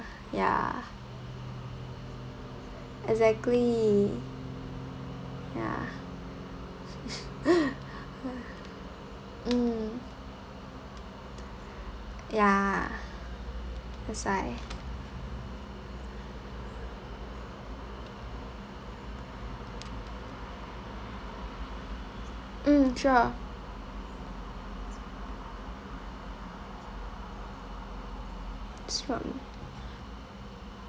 ya exactly ya mm ya that's why mm sure so um